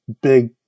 big